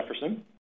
Jefferson